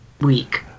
week